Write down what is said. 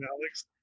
Alex